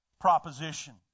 proposition